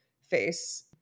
face